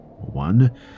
One